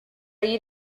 you